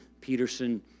Peterson